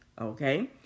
Okay